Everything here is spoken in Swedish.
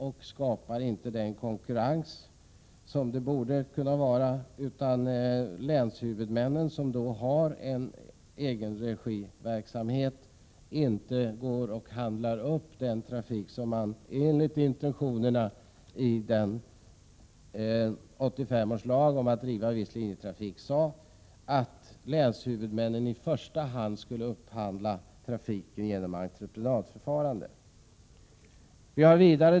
Det skapar inte den konkurrens som borde kunna finnas, om de länshuvudmän som har en egenregiverksamhet inte handlar upp trafiken genom entreprenadförfarande, vilket man enligt intentionerna i 1985 års lag om viss linjetrafik i första hand bör göra.